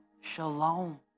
Shalom